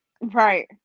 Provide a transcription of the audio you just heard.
right